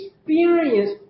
Experience